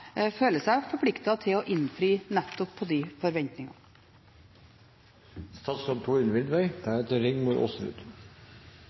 føler seg forpliktet til å innfri nettopp de